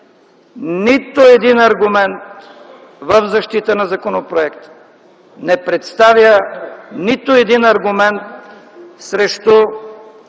нито един аргумент в защита на законопроекта. Не представя нито един аргумент срещу